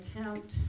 attempt